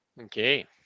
okay